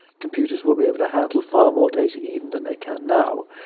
computers will be able to handle far more data even than they can now.